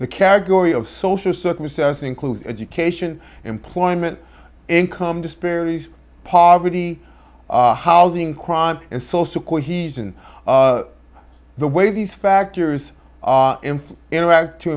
the category of social circumstances include education employment income disparities poverty housing crime and social cohesion the way these factors interact to